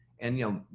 and you know,